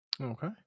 Okay